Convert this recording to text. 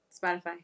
Spotify